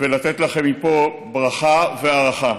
ולתת לכם מפה ברכה והערכה.